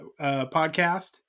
podcast